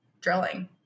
drilling